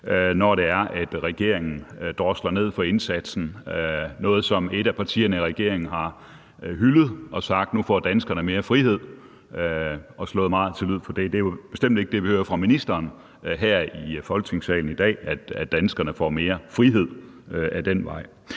når det er, at regeringen drosler ned på indsatsen. Det er noget, som et af partierne i regeringen har hyldet, og hvor man har sagt, at nu får danskerne mere frihed, og man har slået meget til lyd for det. Det er bestemt ikke det, vi hører fra ministerens side her i Folketingssalen i dag, altså at danskerne får mere frihed ad den vej.